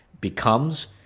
becomes